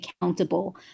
accountable